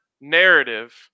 narrative